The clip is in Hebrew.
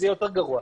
זה יהיה יותר גרוע.